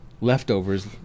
leftovers